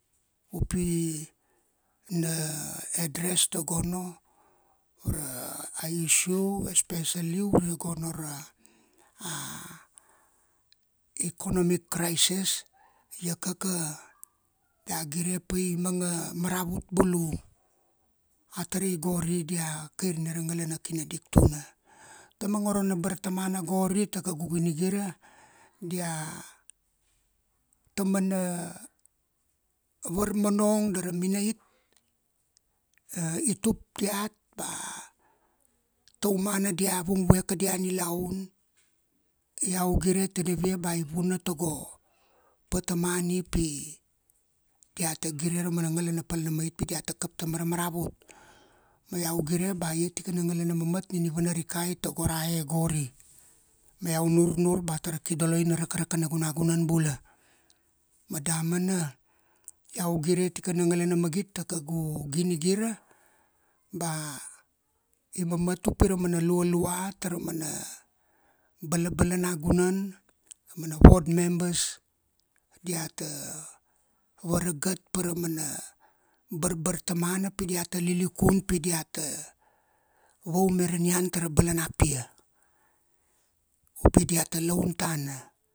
Tikai, aurua, autul, aivat, ailima, laptikai, lavurua, lavutul, lavuvat, avinun, avinun ma urua, a vinun ma utul, a vinun ma ivat, a vinun ma ilima, a vinun ma laptikai, a vinun ma lavurua, a vinun ma lavutul, aura vinun.